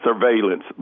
surveillance